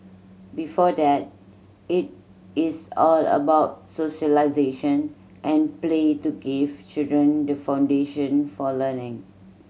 before that it is all about socialisation and play to give children the foundation for learning